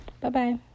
bye-bye